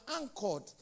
anchored